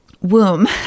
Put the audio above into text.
Womb